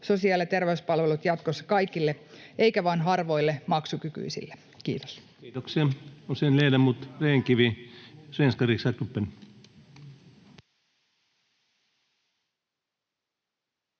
sosiaali- ja terveyspalvelut jatkossa kaikille emmekä vain harvoille maksukykyisille. — Kiitos.